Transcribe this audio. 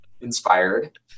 inspired